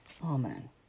Amen